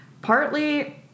partly